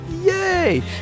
Yay